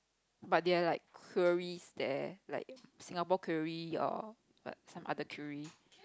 but there are like quarries there like Singapore quarry or some other quarry